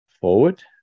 forward